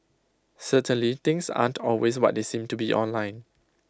certainly things aren't always what they seem to be online